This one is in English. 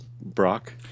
Brock